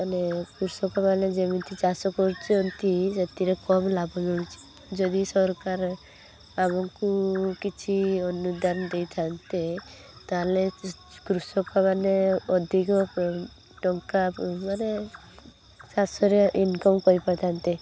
ମାନେ କୃଷକମାନେ ଯେମିତି ଚାଷ କରୁଛନ୍ତି ସେଥିରେ କମ୍ ଲାଭ ମିଳୁଛି ଯଦି ସରକାର ଆମକୁ କିଛି ଅନୁଦାନ ଦେଇଥାନ୍ତେ ତାହେଲେ କୃ କୃଷକ ମାନେ ଅଧିକ ଟଙ୍କା ମାନେ ଚାଷରେ ଇନକମ କରି ପାରିଥାନ୍ତେ